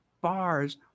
bars